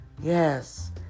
Yes